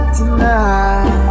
tonight